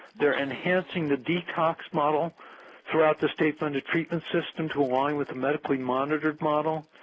they are enhancing the detox model throughout the state-funded treatment system to align with the medically monitored model,